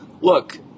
Look